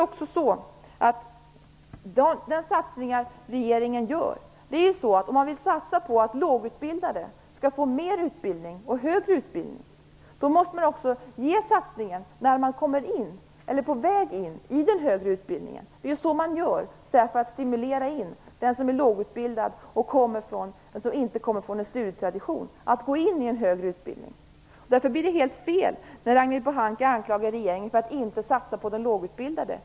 Om man vill satsa på att lågutbildade skall få mer och högre utbildning måste man också göra satsningar när de är på väg in i den högre utbildningen. Det gör man genom att stimulera den som är lågutbildad och inte kommer från någon studietradition till att gå in i en högre utbildning. Därför blir det helt fel när Ragnhild Pohanka anklagar regeringen för att inte satsa på de lågutbildade.